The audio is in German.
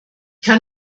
kann